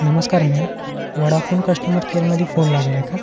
नमस्कार ma'am Vodafone customer केअरमध्ये phone लागलाय का